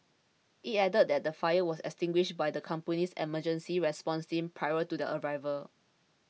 it added that the fire was extinguished by the company's emergency response team prior to their arrival